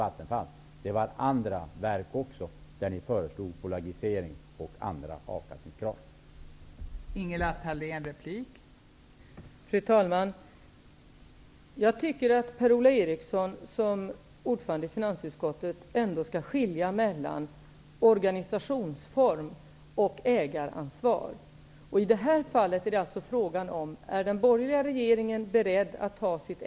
Det gällde inte bara Vattenfall, utan ni föreslog också bolagisering och ändring av avkastningskraven vad gäller andra verk.